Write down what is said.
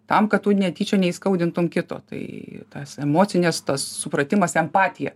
tam kad tu netyčia neįskaudintum kito tai tas emocines tas supratimas empatija